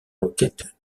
requête